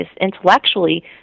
intellectually